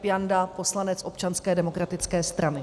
Jakub Janda, poslanec Občanské demokratické strany.